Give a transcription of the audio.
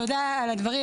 תודה על הדברים,